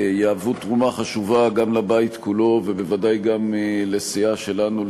תהווה תרומה חשובה גם לבית כולו ובוודאי גם לסיעה שלנו,